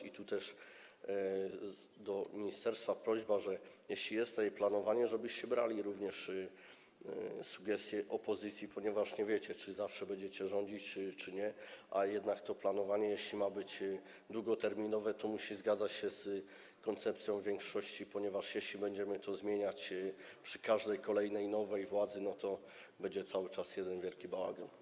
I tu też prośba do ministerstwa, że jeśli jest planowanie, żebyście brali również sugestie opozycji, ponieważ nie wiecie, czy zawsze będziecie rządzić, czy nie, a jednak to planowanie, jeśli ma być długoterminowe, musi się zgadzać z koncepcją większości, ponieważ jeśli będziemy to zmieniać przy każdej kolejnej nowej władzy, to będzie cały czas jeden wielki bałagan.